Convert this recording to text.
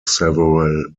several